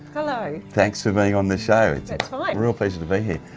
hello. thanks for being on the show. that's fine. a real pleasure to be here.